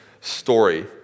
story